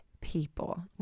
people